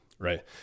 Right